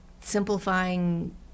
simplifying